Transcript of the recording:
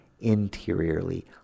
interiorly